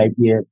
idea